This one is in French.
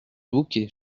bouquet